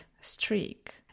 streak